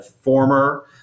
former